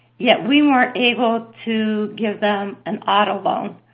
yet we weren't able to give them an auto loan.